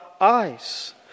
eyes